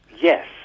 Yes